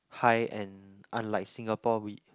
high and unlike Singapore we